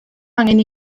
angen